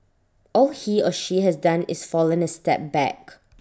all he or she has done is fallen A step back